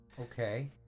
Okay